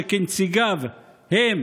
שכנציגיו הם,